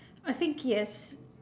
I think yes